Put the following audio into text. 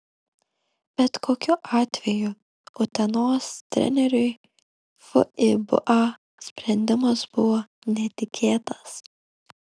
bet kokiu atveju utenos treneriui fiba sprendimas buvo netikėtas